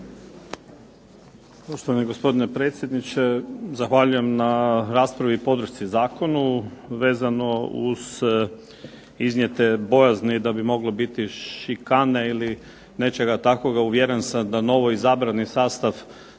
zahvaljujem na raspravi i podršci zakonu. Vezano uz iznijete bojazni da bi moglo biti šikane ili nečega takvoga uvjeren sam da novoizabrani sastav